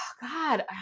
God